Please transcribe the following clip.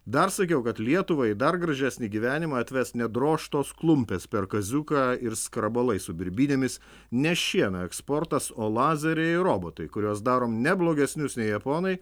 dar sakiau kad lietuvą į dar gražesnį gyvenimą atves ne drožtos klumpės per kaziuką ir skrabalai su birbynėmis ne šieno eksportas o lazeriai ir robotai kuriuos darom ne blogesnius nei japonai